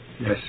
Yes